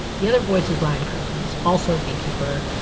the other voice is ryan cousins, also a beekeeper,